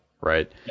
right